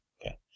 Okay